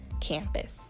campus